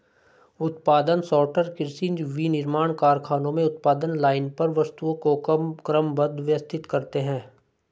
उत्पादन सॉर्टर कृषि, विनिर्माण कारखानों में उत्पादन लाइन पर वस्तुओं को क्रमबद्ध, व्यवस्थित करते हैं